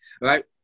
Right